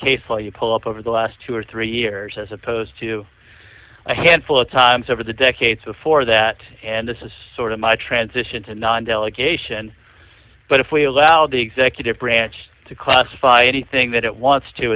law you pull up over the last two or three years as opposed to a handful of times over the decades before that and this is sort of my transition to non delegation but if we allow the executive branch to classify anything that it wants to